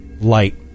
Light